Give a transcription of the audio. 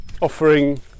offering